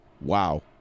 Wow